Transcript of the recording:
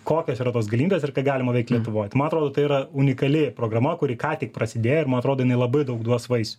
kokios yra tos galimybės ir ką galima veikt lietuvoj tai man atrodo tai yra unikali programa kuri ką tik prasidėjo atrodo jinai labai daug duos vaisių